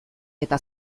eta